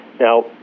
Now